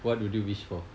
what would you wish for